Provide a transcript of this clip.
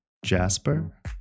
Jasper